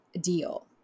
deal